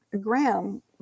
Graham